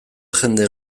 jende